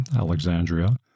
Alexandria